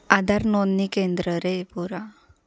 आधार नोंदणी केंद्र रे पोरा